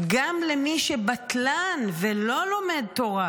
גם מי שבטלן ולא לומד תורה,